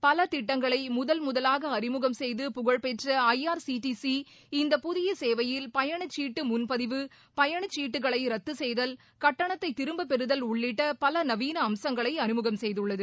பல திட்டங்களை முதல் முதலாக அறிமுகம் செய்து புகழ்பெற்ற I R C T C இந்த புதிய சேவையில் பயண சீட்டு முன் பதிவு பயண சீட்டுகளை ரத்து செய்தல் கட்டணத்தை திரும்ப பெறுதல் உள்ளிட்ட பல நவீன அம்சங்களை அறிமுகம் செய்துள்ளது